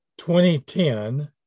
2010